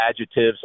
adjectives